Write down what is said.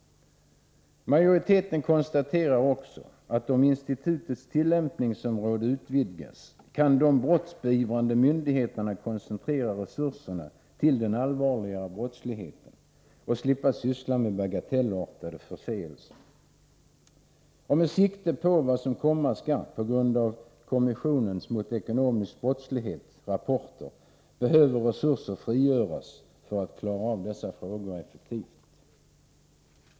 Majoriteten konstaterar också att om institutets tillämpningsområde utvidgas kan de brottsbeivrande myndigheterna koncentrera resurserna till den allvarligare brottsligheten och slippa syssla med bagatellartade förseelser. Med tanke på vad som komma skall — med anledning av rapporterna från kommissionen mot ekonomisk brottslighet — behöver resurser frigöras för att dessa frågor skall kunna klaras effektivt.